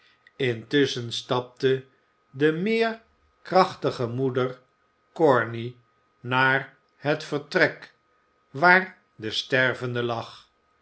intusschen stapte de meer krachtige moeder corney naar het vertrek waar de stervende lag